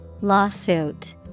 Lawsuit